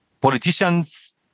politicians